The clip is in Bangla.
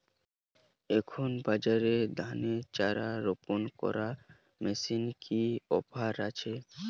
এখনকার বাজারে ধানের চারা রোপন করা মেশিনের কি অফার আছে?